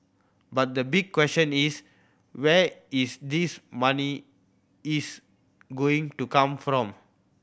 but the big question is where is this money is going to come from